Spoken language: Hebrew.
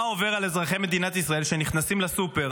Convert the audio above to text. מה עובר על אזרחי מדינת ישראל שנכנסים לסופר